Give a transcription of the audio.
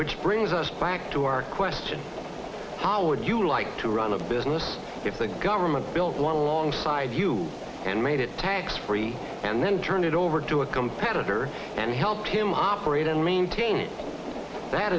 which brings us back to our question how would you like to run a business if the government built one alongside you and made it tax free and then turn it over to a competitor and help him operate and maintain it that